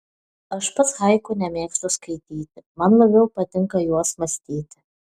aš pats haiku nemėgstu skaityti man labiau patinka juos mąstyti